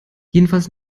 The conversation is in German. jedenfalls